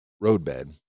roadbed